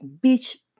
beach